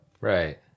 Right